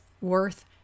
worth